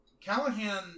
Callahan